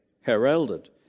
heralded